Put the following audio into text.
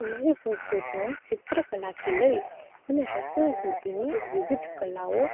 અમારી સંસ્કૃતિમાં ચિત્ર કલાથી લઈ અને રસોઈ સુધીની વિવિધ કલાઓ